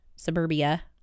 suburbia